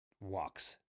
walks